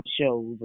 shows